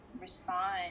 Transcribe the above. respond